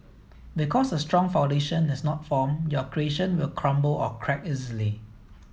because a strong foundation is not formed your creation will crumble or crack easily